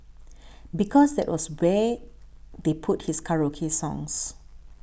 because that was where they put his karaoke songs